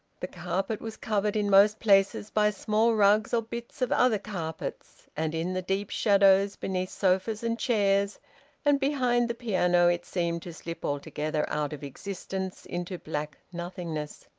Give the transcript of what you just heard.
the carpet was covered in most places by small rugs or bits of other carpets, and in the deep shadows beneath sofas and chairs and behind the piano it seemed to slip altogether out of existence into black nothingness.